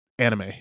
anime